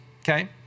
okay